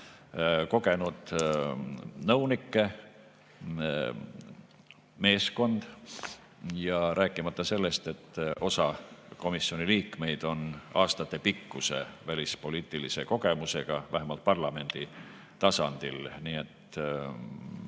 kogenud nõunike meeskond, rääkimata sellest, et osa komisjoni liikmeid on aastatepikkuse välispoliitilise kogemusega, vähemalt parlamendi tasandil. Nii et